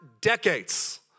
decades